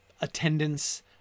attendance